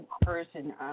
person –